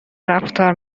رفتار